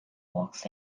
works